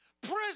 Prison